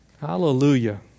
Hallelujah